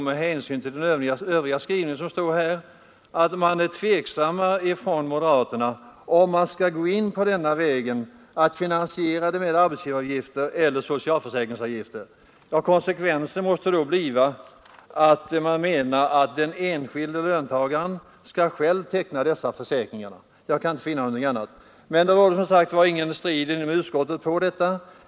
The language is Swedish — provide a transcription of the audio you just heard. Med hänsyn till skrivningen i övrigt tolkar jag detta så att man bland moderaterna är tveksam till om de sociala förmånerna skall finansieras med arbetsgivaravgifter eller genom sociala försäkringsavgifter. Konsekvensen måste då bli att man menar att den enskilde löntagaren själv skall teckna dessa försäkringar. Jag kan inte finna annat. Men det var som sagt ingen strid i utskottet om detta.